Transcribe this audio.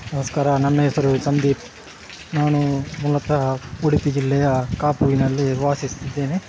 ನಮಸ್ಕಾರ ನನ್ನ ಹೆಸರು ಸಂದೀಪ್ ನಾನು ಮೂಲತಃ ಉಡುಪಿ ಜಿಲ್ಲೆಯ ಕಾಪುವಿನಲ್ಲಿ ವಾಸಿಸ್ತಿದ್ದೇನೆ